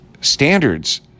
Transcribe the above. standards